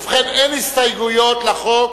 ובכן, אין הסתייגויות לחוק,